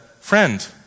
Friend